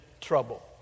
trouble